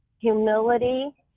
humility